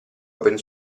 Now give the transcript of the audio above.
open